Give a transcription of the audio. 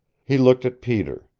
he looked at peter.